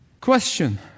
Question